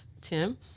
Tim